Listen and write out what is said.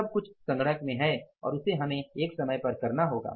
सब कुछ सिस्टम में है और उसे हमें एक समय पर करना होगा